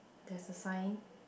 there is a sign